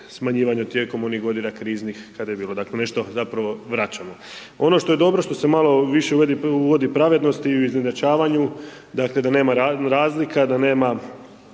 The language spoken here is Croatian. smanjivanje tijekom onih godina kriznih, kada je bilo, dakle, nešto zapravo vraćamo. Ono što je dobro, što se malo više uvodi pravednosti u izjednačavanju, dakle, da nema razlika, da nema